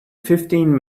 fifteen